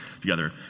together